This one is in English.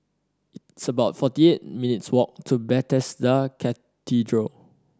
it's about forty eight minutes' walk to Bethesda Cathedral